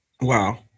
Wow